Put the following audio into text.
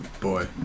Boy